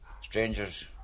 strangers